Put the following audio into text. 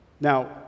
Now